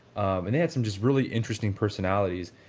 and it had some just really interesting personalities.